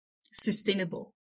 sustainable